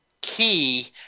key